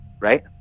right